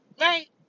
Right